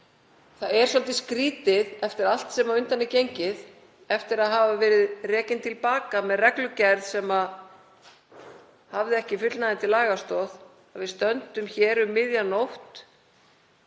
Það er svolítið skrýtið að eftir allt sem á undan er gengið, eftir að hafa verið rekin til baka með reglugerð sem hafði ekki fullnægjandi lagastoð, stöndum við hér um miðja nótt